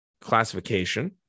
classification